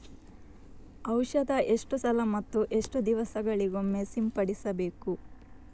ಔಷಧ ಎಷ್ಟು ಸಲ ಮತ್ತು ಎಷ್ಟು ದಿವಸಗಳಿಗೊಮ್ಮೆ ಸಿಂಪಡಿಸಬೇಕು?